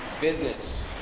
business